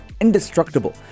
indestructible